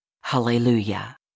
Hallelujah